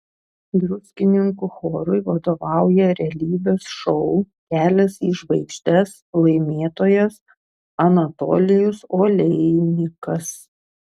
druskininkų chorui vadovauja realybės šou kelias į žvaigždes laimėtojas anatolijus oleinikas